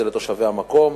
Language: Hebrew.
זה לתושבי המקום.